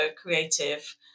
creative